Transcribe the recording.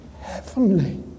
heavenly